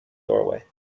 doorway